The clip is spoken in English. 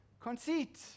conceit